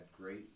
great